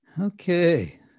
Okay